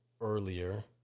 earlier